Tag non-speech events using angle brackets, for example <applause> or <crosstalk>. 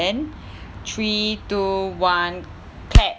and three two one clap <noise>